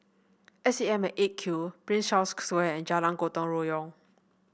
S A M at Eight Q Prince Charles Square and Jalan Gotong Royong